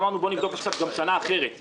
אמרנו: בואו נבדוק עכשיו גם שנה אחרת.